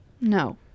No